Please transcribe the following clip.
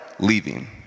leaving